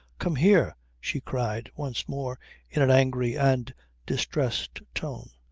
come here! she cried once more in an angry and distressed tone.